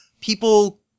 people